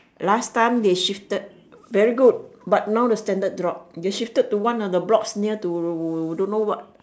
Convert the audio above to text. last time they shifted very good but now the standard drop they shifted to one of the blocks near to don't know what